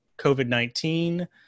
COVID-19